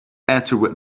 entered